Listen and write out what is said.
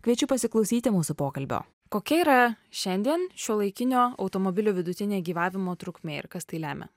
kviečiu pasiklausyti mūsų pokalbio kokia yra šiandien šiuolaikinio automobilio vidutinė gyvavimo trukmė ir kas tai lemia